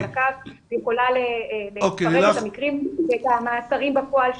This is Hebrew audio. על הקו ויכולה לפרט את המקרים ואת המאסרים בפועל שנגזרים.